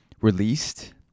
released